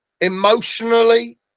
emotionally